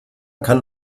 kann